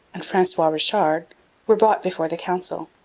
and francois richard were brought before the council,